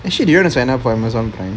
actually do you wanna sign up for amazon prime